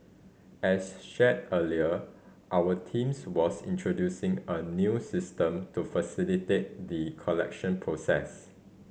as shared earlier our teams was introducing a new system to facilitate the collection process